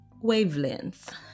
wavelength